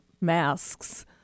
masks